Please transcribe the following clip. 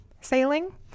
sailing